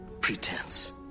pretense